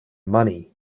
money